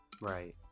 Right